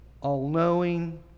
all-knowing